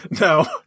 No